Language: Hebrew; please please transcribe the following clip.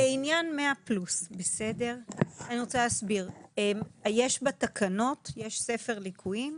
לעניין 100+ אני רוצה להסביר: יש ספר ליקויים בתקנות,